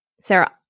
sarah